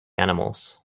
animals